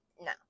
no